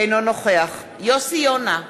אינו נוכח יוסי יונה,